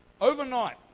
Overnight